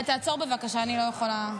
תעצור בבקשה, אני לא יכולה.